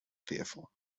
fearful